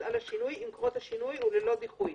על השינוי עם קרות השינוי וללא דיחוי,